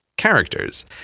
characters